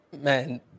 man